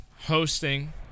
hosting